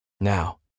Now